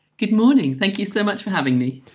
good morning, thank you so much for having me.